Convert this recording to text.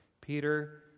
Peter